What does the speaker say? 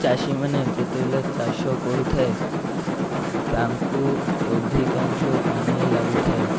ଚାଷୀମାନେ ଯେତେବେଳେ ଚାଷ କରୁଥାଏ ତାଙ୍କୁ ଅଧିକାଂଶ ପାନୀୟ ଲାଗୁଥାଏ